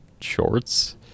shorts